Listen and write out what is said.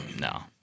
No